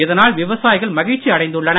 இதனால் விவசாயிகள் மகிழ்ச்சி அடைந்துள்ளனர்